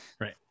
Right